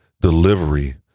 delivery